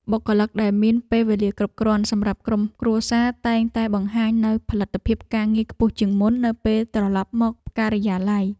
បុគ្គលិកដែលមានពេលវេលាគ្រប់គ្រាន់សម្រាប់ក្រុមគ្រួសារតែងតែបង្ហាញនូវផលិតភាពការងារខ្ពស់ជាងមុននៅពេលត្រឡប់មកការិយាល័យ។